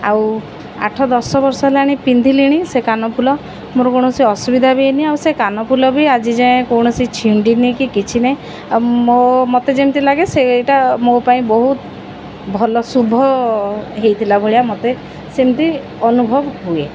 ଆଉ ଆଠ ଦଶ ବର୍ଷ ହେଲାଣି ପିନ୍ଧିଲିଣି ସେ କାନଫୁଲ ମୋର କୌଣସି ଅସୁବିଧା ବି ହେଇନି ଆଉ ସେ କାନଫୁଲ ବି ଆଜି ଯାଏଁ କୌଣସି ଛିଣ୍ଡିିନି କି କିଛି ନାହିଁ ଆଉ ମୋ ମୋତେ ଯେମିତି ଲାଗେ ସେ ଏଇଟା ମୋ ପାଇଁ ବହୁତ ଭଲ ଶୁଭ ହେଇଥିଲା ଭଳିଆ ମୋତେ ସେମିତି ଅନୁଭବ ହୁଏ